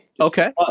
Okay